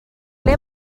ble